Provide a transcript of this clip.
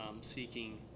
seeking